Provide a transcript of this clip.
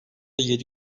yedi